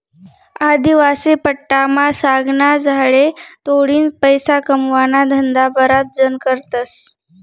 आदिवासी पट्टामा सागना झाडे तोडीन पैसा कमावाना धंदा बराच जण करतस